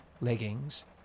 leggings